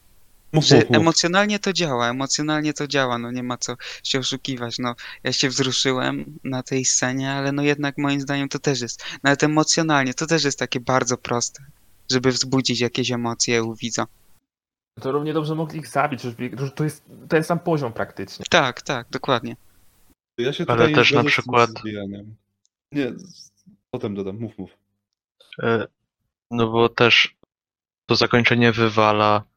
Mów, że mów, mów. emocjonalnie to działa, emocjonalnie to działa, no nie ma co się oszukiwać. No, ja się wzruszyłem na tej scenie, ale no jednak moim zdaniem to też jest- nawet emocjonalnie to też jest takie bardzo proste, żeby wzbudzić jakieś emocje u widza. To równie dobrze mogli ich zabić, żeby- to jest- to jest sam poziom praktycznie. Tak, tak, dokładnie. Ja się Ale tutaj też na zgadzam z tym przykład- zabijaniem. Nie, z- potem dodam. Mów, mów. E, no bo też to zakończenie wywala